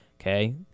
okay